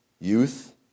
youth